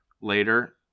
later